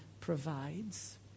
provides